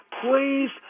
please